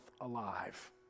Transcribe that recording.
alive